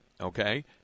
okay